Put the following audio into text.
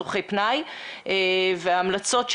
הצרכים שלנו בתקציב 2021. לכולם פה ברורה הדחיפות של זה והמשמעות של